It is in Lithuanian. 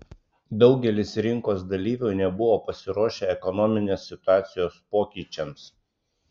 daugelis rinkos dalyvių nebuvo pasiruošę ekonominės situacijos pokyčiams